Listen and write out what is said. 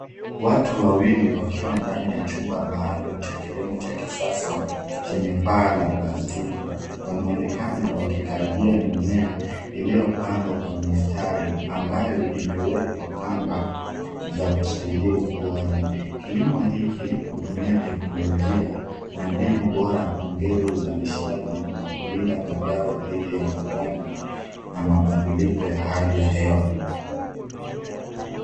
Watu wawili wakiwa ndani ya chumba maalum cha kilimo cha kisasa, chenye paa la plastiki, wanaonekana wakikagia mimea, iliyopandwa kwa mistari, ambayo imewekwa kamba za kusaidia ukuaji. Kilimo hiki, hutumia teknolojia, na mbinu bora kuongeza uzalishaji, na kulinda mazao dhidi ya magonjwa, na mabadiliko ya hali ya hewa.